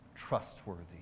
Trustworthy